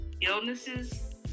illnesses